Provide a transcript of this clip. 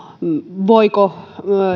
voiko